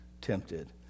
tempted